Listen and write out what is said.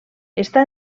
està